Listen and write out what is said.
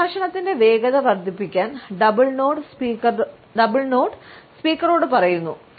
ഒരു സംഭാഷണത്തിന്റെ വേഗത വർദ്ധിപ്പിക്കാൻ ഡബിൾ നോഡ് സ്പീക്കറോട് പറയുന്നു